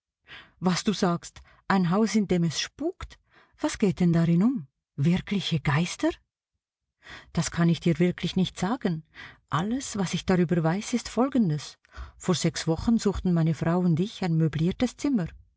was du sagst ein haus in dem es spukt was geht denn darin um wirkliche geister das kann ich dir wirklich nicht sagen alles was ich darüber weiß ist folgendes vor sechs wochen suchten meine frau und ich ein möbliertes zimmer